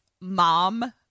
mom